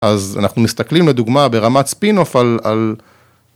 אז אנחנו מסתכלים לדוגמה ברמת ספינוף על...